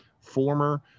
former